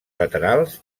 laterals